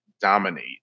dominate